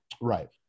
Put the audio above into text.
Right